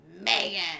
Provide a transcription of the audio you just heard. Megan